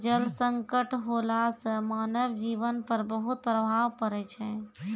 जल संकट होला सें मानव जीवन पर बहुत प्रभाव पड़ै छै